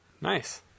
Nice